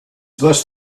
this